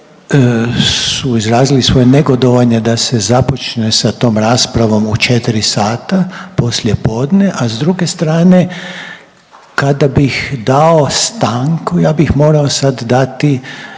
su izrazili svoje negodovanje da se započne s tom raspravom u 4 sata poslije podne, a s druge strane kada bih dao stanku ja bih morao sada dati